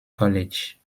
college